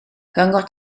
rhyngot